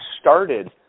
started